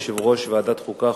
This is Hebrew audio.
יושב-ראש ועדת החוקה,